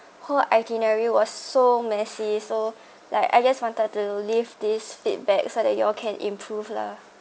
whole itinerary was so messy so like I guess wanted to leave this feedback so that you all can improve lah